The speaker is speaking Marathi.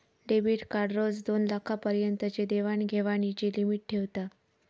डेबीट कार्ड रोज दोनलाखा पर्यंतची देवाण घेवाणीची लिमिट ठेवता